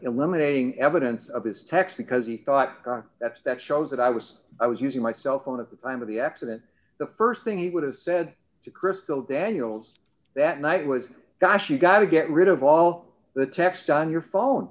eliminating evidence of his text because he thought that's that shows that i was i was using my cell phone at the time of the accident the st thing he would have said to krystal daniels that night was gosh you got to get rid of all the text on your phone